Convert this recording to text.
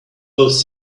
those